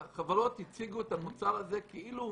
החברות הציגו את המוצר הזה כאילו שהוא